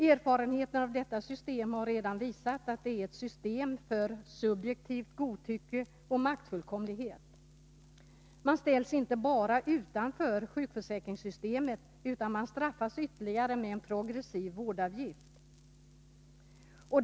Erfarenheten av detta system har redan visat att det är ett system för subjektivt godtycke och maktfullkomlighet. Man ställs inte bara utanför sjukförsäkringssystemet, utan man straffas ytterligare med en progressiv vårdavgift.